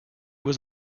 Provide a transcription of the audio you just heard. was